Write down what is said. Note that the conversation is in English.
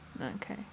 Okay